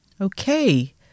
Okay